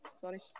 sorry